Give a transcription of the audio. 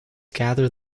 gather